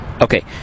Okay